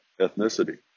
ethnicity